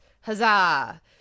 Huzzah